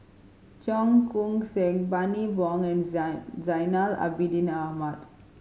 Cheong Koon Seng Bani Buang and Zainal Abidin Ahmad